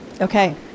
Okay